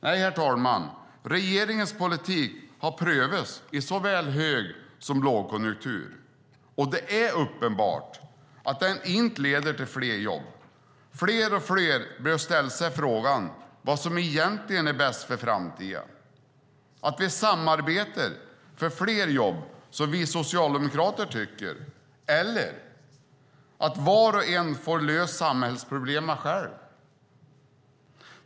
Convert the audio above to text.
Nej, herr talman, regeringens politik har prövats i såväl hög som lågkonjunktur, och det är uppenbart att den inte leder till fler jobb. Fler och fler bör ställa sig frågan vad som egentligen är bäst för framtiden, att vi samarbetar för fler jobb, som vi socialdemokrater tycker, eller att var och en själv får lösa samhällsproblemen.